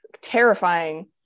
terrifying